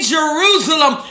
Jerusalem